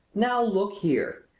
now look here!